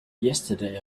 yesterday